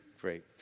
great